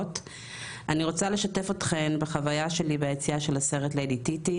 אני רוצה לשתף אתכן בחוויה שלי ביציאה של הסרט ליידי טיטי,